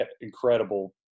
incredible